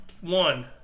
One